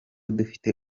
dufite